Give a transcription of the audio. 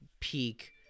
peak